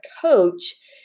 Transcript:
coach